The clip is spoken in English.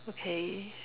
okay